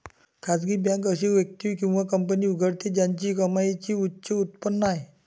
खासगी बँक अशी व्यक्ती किंवा कंपनी उघडते ज्याची कमाईची उच्च उत्पन्न आहे